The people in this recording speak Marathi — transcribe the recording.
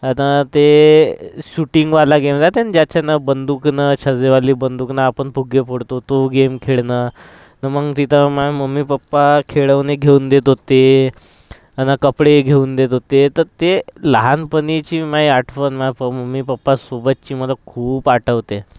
आता ते शूटिंगवाला गेम राहते ना ज्याच्यानं बंदूकनं छज्जेवाली बंदुकनं आपण फुगे फोडतो तो गेम खेळणं न् मग तिथं माहे मम्मी पप्पा खेळवणी घेऊन देत होते आणि कपडे घेऊन देत होते तर ते लहानपणीची माझी आठवण माझ्या मम्मी पापासोबतची मला खूप आठवते